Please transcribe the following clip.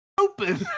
open